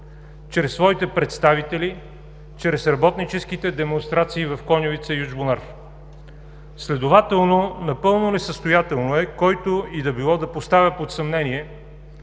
чрез своите представители, чрез работническите демонстрации в Коньовица и Ючбунар. Следователно напълно несъстоятелно е който и да е било да поставя под съмнение